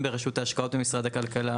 בין אם ברשות ההשקעות של משרד הכלכלה,